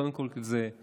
קודם כול כי זה אתה,